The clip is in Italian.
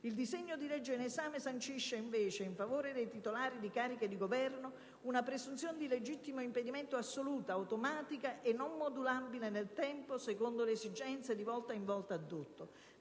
Il disegno di legge in esame sancisce invece, in favore dei titolari di cariche di Governo, una presunzione di legittimo impedimento assoluta, automatica e non modulabile nel tempo secondo le esigenze di volta in volta addotte,